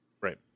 Right